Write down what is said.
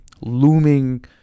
looming